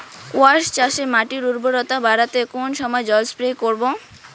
কোয়াস চাষে মাটির উর্বরতা বাড়াতে কোন সময় জল স্প্রে করব?